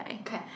Okay